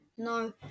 No